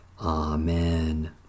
Amen